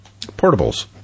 portables